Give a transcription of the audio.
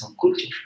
culture